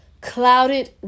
clouded